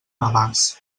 navàs